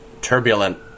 turbulent